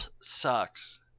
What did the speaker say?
sucks